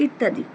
ইত্যাদি